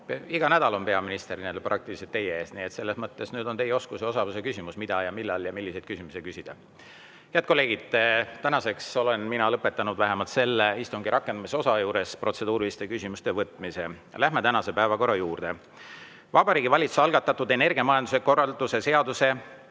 iga nädal on peaminister teie ees ja selles mõttes on teie oskuse ja osaluse küsimus, mida ja millal ja milliseid küsimusi küsida. Head kolleegid! Tänaseks olen mina lõpetanud vähemalt istungi rakendamise osa juures protseduuriliste küsimuste võtmise. Lähme tänase päevakorra juurde: Vabariigi Valitsuse algatatud energiamajanduse korralduse seaduse,